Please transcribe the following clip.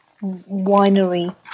winery